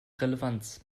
relevanz